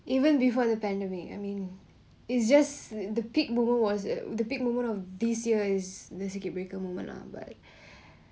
even before the pandemic I mean it's just th~ the peak moment was at the peak moment of this year is the circuit breaker moment lah but